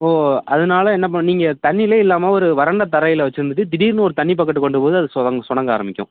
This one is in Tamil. இப்போது அதனால் என்ன பண்ணணும் நீங்கள் தண்ணியிலே இல்லாமல் ஒரு வறண்ட தரையில் வச்சிருந்துட்டு திடீர்னு ஒரு தண்ணி பக்கட்டு வந்த போது அது சொரங் சொனங்க ஆரம்மிக்கும்